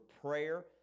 PRAYER